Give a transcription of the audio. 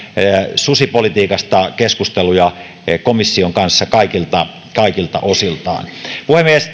susipolitiikasta keskusteluja komission kanssa kaikilta kaikilta osiltaan puhemies